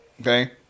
Okay